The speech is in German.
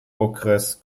okres